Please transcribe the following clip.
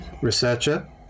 researcher